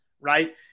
Right